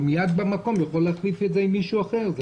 הוא מייד במקום יכול להחליף אותו במישהו אחר.